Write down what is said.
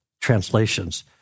translations